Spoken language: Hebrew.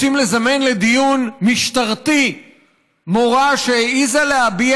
רוצים לזמן לדיון במשטרה מורה שהעזה להביע